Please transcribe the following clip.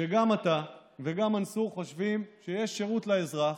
שגם אתה וגם מנסור חושבים שיש שירות לאזרח